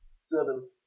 Seven